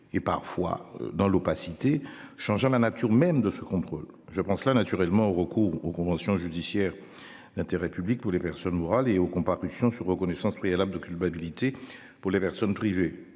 et parfois dans l'opacité changeant la nature même de ce contrôle, je pense cela naturellement au recours aux convention judiciaire d'intérêt public pour les personnes morales et aux comparution sur reconnaissance préalable de culpabilité pour les personnes privées